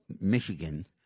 Michigan